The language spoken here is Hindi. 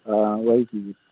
हाँ वहीं चीज